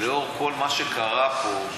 לאור כל מה שקרה פה,